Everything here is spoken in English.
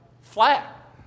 flat